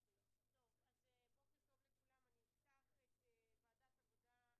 שלום לכולם, אני מתכבדת לפתוח את ועדת העבודה,